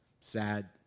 sad